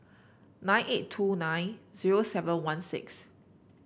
nine eight two nine zero seven one six